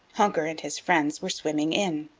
honker and his friends were swimming in.